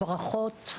ברכות,